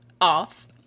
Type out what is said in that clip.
off